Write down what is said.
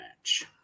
match